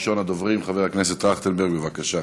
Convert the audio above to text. ראשון הדוברים, חבר הכנסת טרכטנברג, בבקשה.